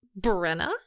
Brenna